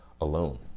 alone